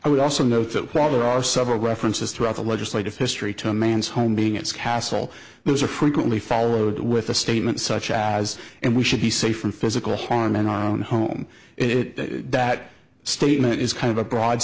i would also note that while there are several references throughout the legislative history to a man's home being it's castle those are frequently followed with a statement such as and we should be safe from physical harm in our own home it that statement is kind of a broad